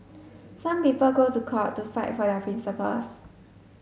some people go to court to fight for their principles